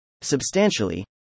Substantially